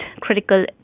critical